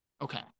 Okay